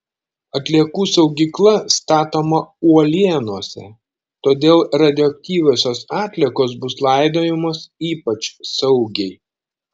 atliekų saugykla statoma uolienose todėl radioaktyviosios atliekos bus laidojamos ypač saugiai